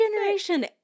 generation